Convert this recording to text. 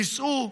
תיסעו,